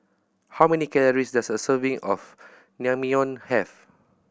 how many calories does a serving of Naengmyeon have